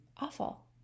awful